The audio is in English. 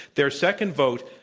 their second vote,